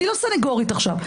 אני לא סניגורית עכשיו.